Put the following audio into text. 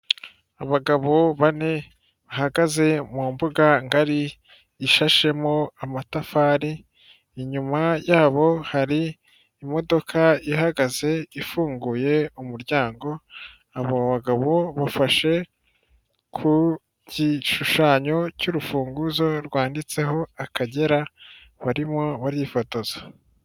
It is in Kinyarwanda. Abagabo bane bahagaze mu mbuga ngari ishashemo amatafari inyuma yabo hari imodoka ihagaze ifunguye umuryango ,abo bagabo bafashe ku gishushanyo cy'urufunguzo rwanditseho Akagera barimo barifotoza.